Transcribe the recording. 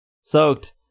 soaked